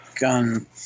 gun